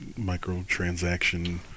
microtransaction